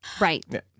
Right